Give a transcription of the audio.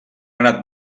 anat